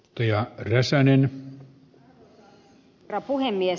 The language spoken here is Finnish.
arvoisa herra puhemies